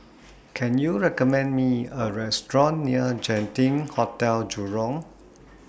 Can YOU recommend Me A Restaurant near Genting Hotel Jurong